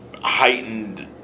heightened